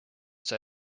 see